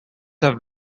have